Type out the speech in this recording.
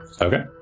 Okay